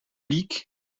licques